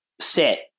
sit